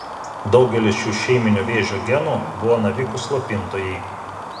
daugelis šių šeiminių vėžio genų buvo navikų slopintojai